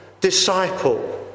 disciple